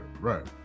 right